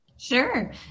Sure